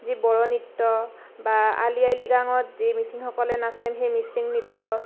যি বড়ো নৃত্য বা আলি আই লৃগাঙত যি মিচিংসকলে নাছে সেই মিচিং নৃত্য